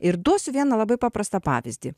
ir duosiu vieną labai paprastą pavyzdį